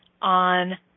on